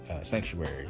sanctuary